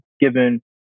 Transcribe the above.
given